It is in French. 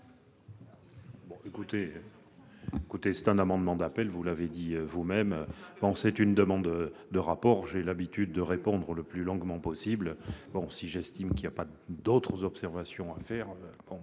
fond ? C'est un amendement d'appel, vous l'avez dit vous-même, visant à prévoir un rapport. J'ai l'habitude de répondre le plus longuement possible, mais j'estime qu'il n'y a pas là d'autres observations à formuler.